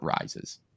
rises